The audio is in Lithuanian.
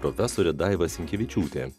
profesorė daiva sinkevičiūtė